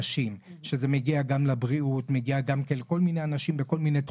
אוטומטית זה נופל על הנכים או על הקשישים שאין להם ממי לקבל את התוספת,